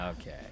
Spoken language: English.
Okay